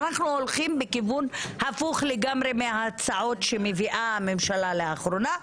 אנחנו הולכים בכיוון הפוך לגמרי מההצעות שמביאה הממשלה לאחרונה,